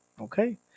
Okay